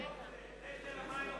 קבוצת קדימה,